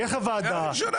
ילך לוועדה,